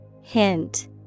Hint